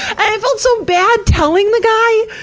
i felt so bad telling the guy.